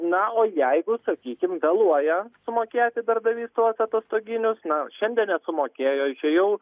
na o jeigu sakykim vėluoja sumokėti darbdavys tuos atostoginius na šiandien nesumokėjo išėjau